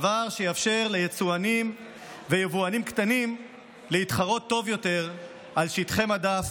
דבר שיאפשר ליצואנים ויבואנים קטנים להתחרות טוב יותר על שטחי מדף